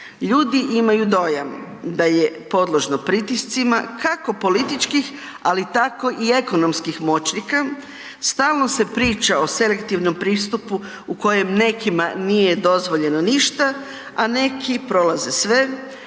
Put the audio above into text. Ljudi imaju dojam da je podložno pritiscima kako političkih ali tako i ekonomskih moćnika, stalno se priča o selektivnom pristupu u kojem nekima nije dozvoljeno ništa a neki prolaze sve,